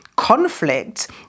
conflict